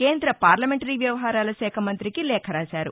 కేంద్ర పార్లమెంటరీ వ్యవహారాల శాఖ మంత్రికి లేఖ రాశారు